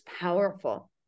powerful